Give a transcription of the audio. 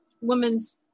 Women's